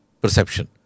perception